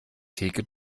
theke